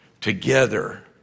together